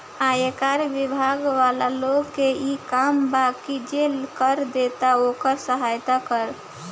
आयकर बिभाग वाला लोग के इ काम बा की जे कर देता ओकर सहायता करऽ